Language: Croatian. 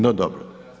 No, dobro.